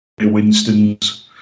Winston's